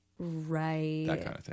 right